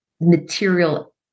material